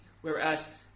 Whereas